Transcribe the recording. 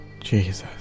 Jesus